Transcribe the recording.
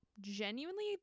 genuinely